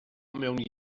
mewn